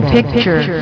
Picture